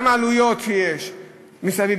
זה גם עלויות שיש מסביב.